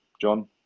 John